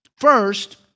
First